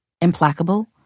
Implacable